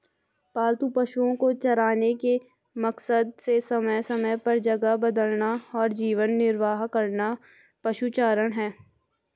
पालतू पशुओ को चराने के मकसद से समय समय पर जगह बदलना और जीवन निर्वाह करना पशुचारण है